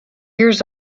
years